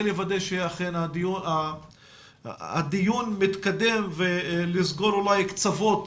זאת כדי לוודא שהדיון מתקדם ואולי כדי לסגור קצוות